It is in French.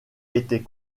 était